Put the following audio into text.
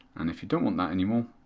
and if you don't want that anymore,